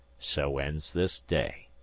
so ends this day.